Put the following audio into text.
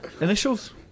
Initials